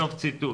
סוף ציטוט.